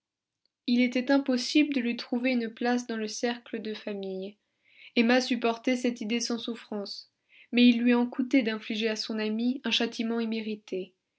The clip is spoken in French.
il était impossible de lui trouver une place dans le cercle de famille emma supportait cette idée sans souffrance mais il lui en coûtait d'infliger à son amie un châtiment immérité